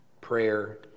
prayer